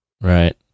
Right